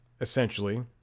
essentially